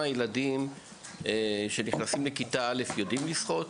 ילדים שנכנסים לכיתה א' יודעים לשחות?